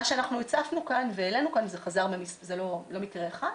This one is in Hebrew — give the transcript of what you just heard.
מה שאנחנו הצפנו והעלינו כאן זה לא מקרה אחד.